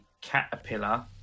caterpillar